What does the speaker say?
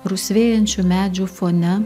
rusvėjančių medžių fone